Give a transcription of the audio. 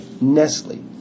Nestle